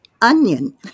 onion